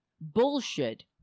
Bullshit